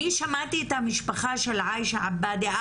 אני שמעתי את המשפחה של עייאשה עבאדי,